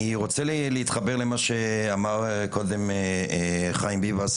אני רוצה להתחבר אל מה שאמר חיים ביבס